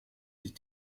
die